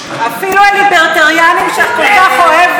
אפילו הליברטריאנים שאת כל כך אוהבת